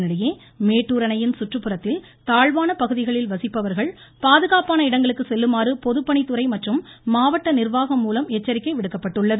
இதனிடையே மேட்டூர் அணையின் சுற்றுப்புறத்தில் தாழ்வான பகுதிகளில் வசிப்பவர்கள் பாதுகாப்பான இடங்களுக்குச் செல்லுமாறு பொதுப்பணித்துறை மற்றும் மாவட்ட நிர்வாகம் மூலம் எச்சரிக்கை விடுக்கப்பட்டுள்ளது